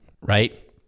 right